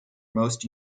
most